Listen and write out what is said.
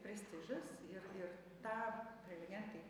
prestižas ir ir tą prelegentai